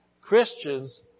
Christians